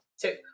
Two